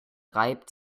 reibt